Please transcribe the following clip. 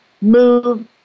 move